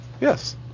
Yes